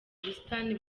ubusitani